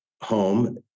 home